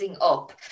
up